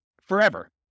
forever